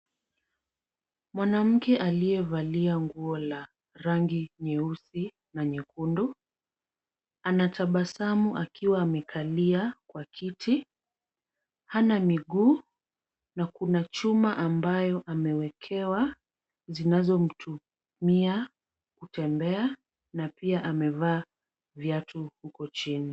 Mwanamke aliyevalia nguo la rangi nyeusi na nyekundu. Anatabasamu akiwa amekalia kwa kiti. Hana miguu na kuna chuma ambayo amewekewa, zinazomtumia kutembea na pia amevaa viatu huko chini.